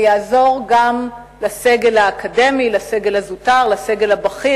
זה יעזור גם לסגל האקדמי, לסגל הזוטר, לסגל הבכיר.